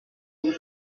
six